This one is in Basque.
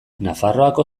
nafarroako